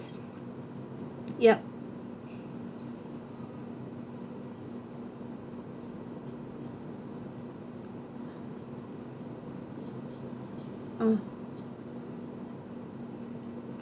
yup uh